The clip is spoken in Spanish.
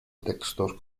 textos